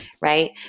Right